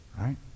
right